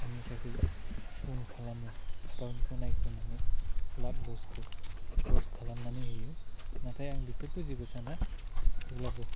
आंनि थाखै उन खालामो गावनिखौ नाग्रोनानै लाभ लस्टखौ लस खालामनानै होयो नाथाय आं बेफोरखौ आं जेबो साना अब्लाबो